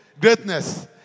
greatness